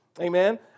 Amen